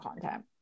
content